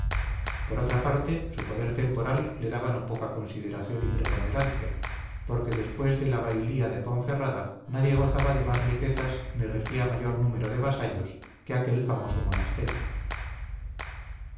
por otra parte su poder temporal le daba no poca consideración y preponderancia porque después de la bailía de ponferrada nadie gozaba de más riquezas ni regía mayor número de vasallos que aquel famoso monasterio